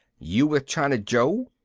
you with china joe,